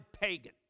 pagan